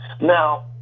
Now